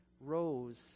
rose